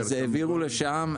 אז העבירו לשם.